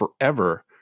forever